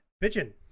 Pigeon